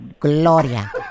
Gloria